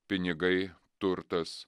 pinigai turtas